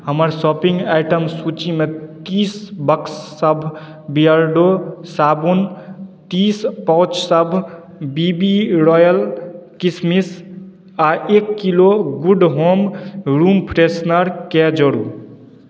हमर shopping item सूचीमे तीस बक्ससभ बियर्डो साबुन तीस पाउचसभ बी बी रॉयल किशमिश आ एक kilo Good Home room freshener के जोडू